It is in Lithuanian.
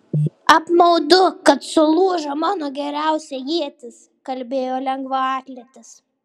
apmaudu kad sulūžo mano geriausia ietis kalbėjo lengvaatletis